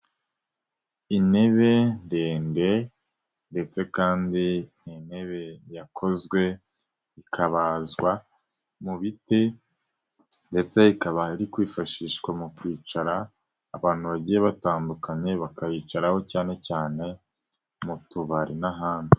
Intebe ndende ndetse kandi n'intebe yakozwe ikabazwa mu biti ndetse ikaba iri kwifashishwa mu kwicara abantu bagiye batandukanye bakayicaraho cyane cyane mu tubari n'ahandi.